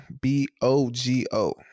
b-o-g-o